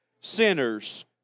sinners